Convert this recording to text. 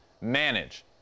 manage